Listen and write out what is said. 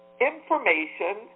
information